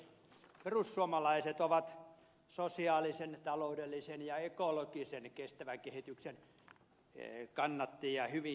perussuomalaiset ovat sosiaalisen taloudellisen ja ekologisen kestävän kehityksen kannattajia hyvin jyrkästi